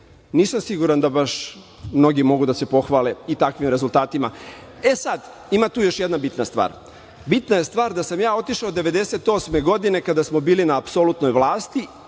Nisam siguran da baš mnogi mogu da se pohvale takvim rezultatima.E, sad ima tu još jedna bitna stvar. Bitna je stvar da sam ja otišao 1998. godine kada smo bili na apsolutnoj vlasti